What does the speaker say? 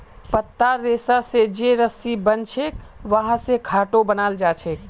पत्तार रेशा स जे रस्सी बनछेक वहा स खाटो बनाल जाछेक